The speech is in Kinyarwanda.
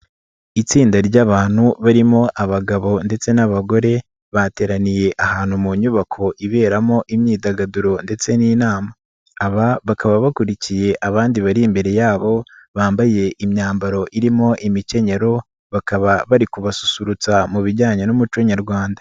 Itsinda ry'abantu barimo abagabo ndetse n'abagore bateraniye ahantu mu nyubako iberamo imyidagaduro ndetse n'inama, aba bakaba bakurikiye abandi bari imbere yabo bambaye imyambaro irimo imikenyero bakaba bari kubasusurutsa mu bijyanye n'umuco nyarwanda.